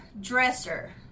dresser